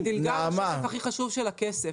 היא דילגה על השלב הכי חשוב של הכסף.